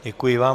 Děkuji vám.